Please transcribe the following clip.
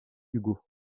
hugo